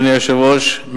אדוני היושב-ראש,